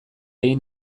egin